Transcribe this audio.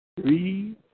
Three